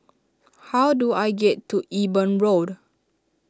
how do I get to Eben Road